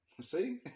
See